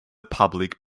public